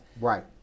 right